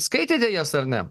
skaitėte jas ar ne